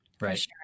Right